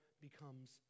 becomes